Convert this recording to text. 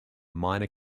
minor